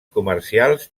comercials